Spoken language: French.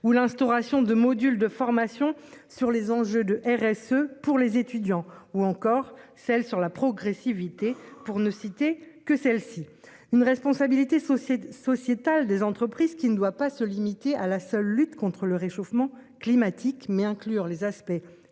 ou l'instauration de modules de formation sur les enjeux de RSE pour les étudiants ou encore celle sur la progressivité pour ne citer que celles-ci, une responsabilité sociale, sociétale des entreprises, qui ne doit pas se limiter à la seule lutte contre le réchauffement climatique mais inclure les aspects sociaux